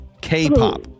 K-pop